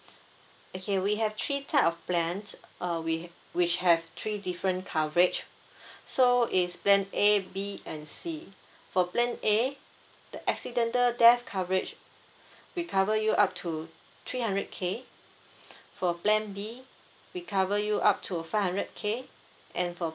okay we have three type of plans uh we which have three different coverage so it's plan A B and C for plan A the accidental death coverage we cover you up to three hundred K for plan B we cover you up to five hundred K and for